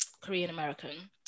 Korean-American